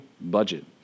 budget